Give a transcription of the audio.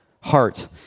heart